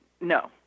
no